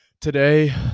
Today